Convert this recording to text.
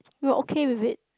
you are okay with it